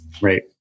Right